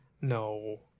No